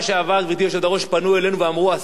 פנו אלינו ואמרו שהשר לא יכול להגיע,